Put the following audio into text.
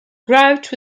grout